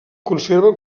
conserven